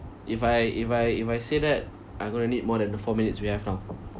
if I if I if I say that I'm gonna need more than the four minutes we have now